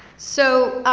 so,